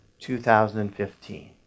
2015